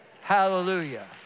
Hallelujah